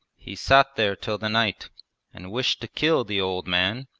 he sat there till the night and wished to kill the old man,